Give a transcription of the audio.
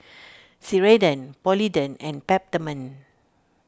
Ceradan Polident and Peptamen